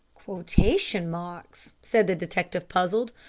quotation marks, said the detective, puzzled.